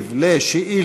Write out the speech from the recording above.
להשיב על שאילתה